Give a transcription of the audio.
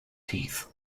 teeth